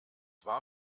war